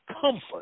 comfort